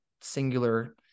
singular